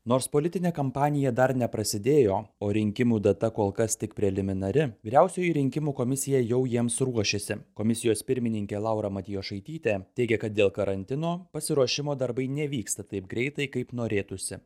nors politinė kampanija dar neprasidėjo o rinkimų data kol kas tik preliminari vyriausioji rinkimų komisija jau jiems ruošiasi komisijos pirmininkė laura matjošaitytė teigė kad dėl karantino pasiruošimo darbai nevyksta taip greitai kaip norėtųsi